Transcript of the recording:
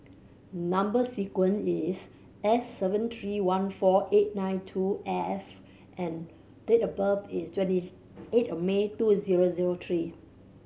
number sequence is S seven three one four eight nine two F and date of birth is twenty eight May two zero zero three